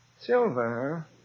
Silver